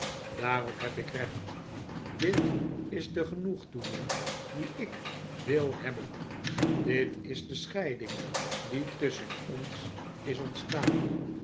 daarop heb ik recht dit is de genoegdoening die ik wil hebben dit is de scheiding die tusschen ons is ontstaan